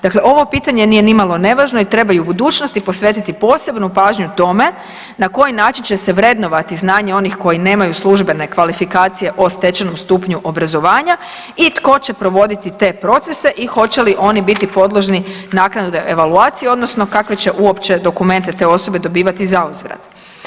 Dakle, ovo pitanje nije nimalo nevažno i treba i u budućnosti posvetiti posebnu pažnju tome na koji način će se vrednovati znanje onih koji nemaju službene kvalifikacije o stečenom stupnju obrazovanja i tko će provoditi te procese i hoće li oni biti podložni naknadno evaluaciji odnosno kakve će uopće dokumente te osobe dobivati zauzvrat.